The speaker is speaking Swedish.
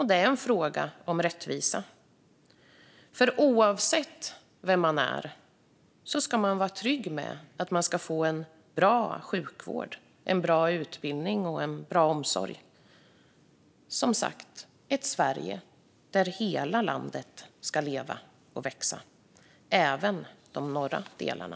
Det är en fråga om rättvisa. Oavsett vem man är ska man vara trygg med att man får en bra sjukvård, en bra utbildning och en bra omsorg. Det handlar, som sagt, om ett Sverige där hela landet ska leva och växa - även de norra delarna.